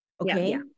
Okay